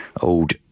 old